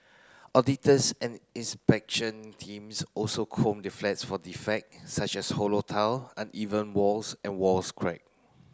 auditors and inspection teams also comb the flats for defect such as hollow tile uneven walls and walls crack